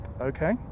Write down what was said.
Okay